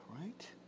right